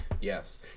Yes